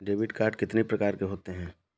Debit card कितनी प्रकार के होते हैं?